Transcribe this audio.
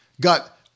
got